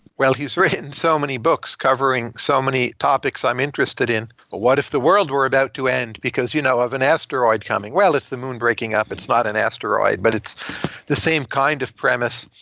well, he's written so many books covering so many topics i'm interested in. what if the world were about to end because you know of an asteroid coming? well, it's the moon breaking up. it's not an asteroid, but it's the same kind of premise.